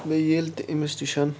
مےٚ ییٚلہِ تہِ أمِس نِش